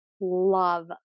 love